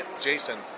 Jason